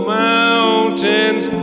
mountains